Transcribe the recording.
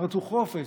הם רצו חופש,